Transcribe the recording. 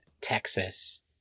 Texas